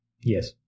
Yes